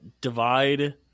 divide